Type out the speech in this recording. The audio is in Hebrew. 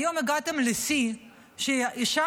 היום הגעתם לשיא כשהאשמתם